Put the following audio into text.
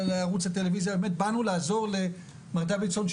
באמת באנו לעזור לח"כ דוידסון,